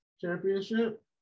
championship